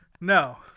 No